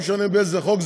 לא משנה באיזה חוק,